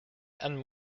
and